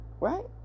right